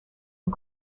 and